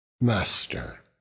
Master